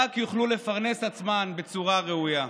רק יוכלו לפרנס עצמן בצורה ראויה.